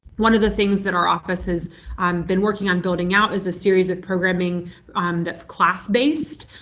one of the things that our office has um been working on building out is a series of programming um that's class-based.